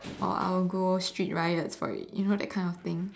or I will go street riot for it you know that kind of thing